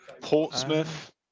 Portsmouth